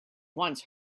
once